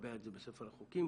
לקבע את זה בספר החוקים